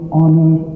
honor